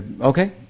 Okay